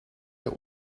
der